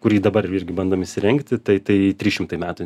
kurį dabar irgi bandom įsirengti tai tai trys šimtai metų